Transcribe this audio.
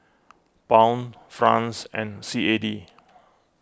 Pound Franc and C A D